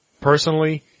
personally